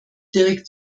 direkt